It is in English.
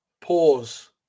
Pause